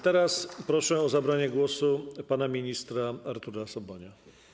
Teraz proszę o zabranie głosu pana ministra Artura Sobonia.